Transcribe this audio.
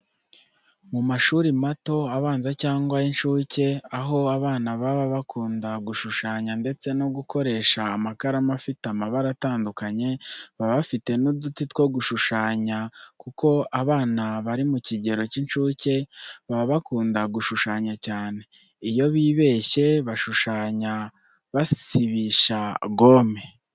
Mu mashuri mato abanza, cyangwa y'incuke aho abana baba bakunda gushushanya, ndetse no gukoresha amakaramu afite amabara atandukanye, baba bafite n'uduti two gushushanya kuko abana bari mu kigero cy'incuke baba bakunda gushushanya cyane, iyo bibeshye bashushanya basibisha gome.